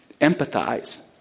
empathize